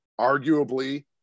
arguably